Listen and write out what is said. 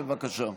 בבקשה.